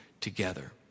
together